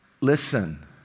Listen